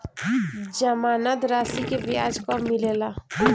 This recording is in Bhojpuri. जमानद राशी के ब्याज कब मिले ला?